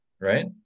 right